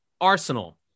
Arsenal